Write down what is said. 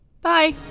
Bye